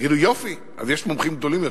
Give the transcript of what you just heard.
תגידו: יופי, אז יש מומחים גדולים יותר,